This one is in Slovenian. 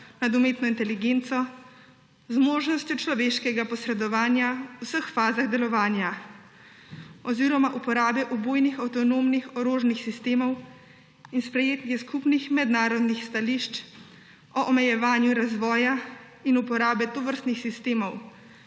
nad umetno inteligenco z možnostjo človeškega posredovanja v vseh fazah delovanja oziroma uporabe ubojnih avtonomnih orožnih sistemov in sprejetje skupnih mednarodnih stališč o omejevanju razvoja in uporabe tovrstnih sistemov,